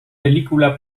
película